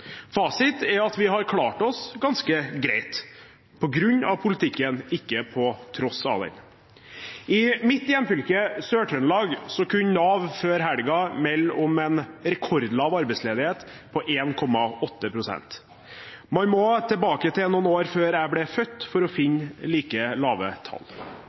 Fasiten er at vi har klart oss ganske greit på grunn av politikken, ikke på tross av den. I mitt hjemfylke, Sør-Trøndelag, kunne Nav før helgen melde om en rekordlav arbeidsledighet, på 1,8 pst. Man må tilbake til noen år før jeg ble født for å finne like lave tall,